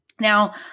Now